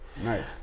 Nice